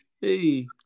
hey